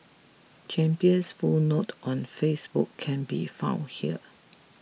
champion's full note on Facebook can be found here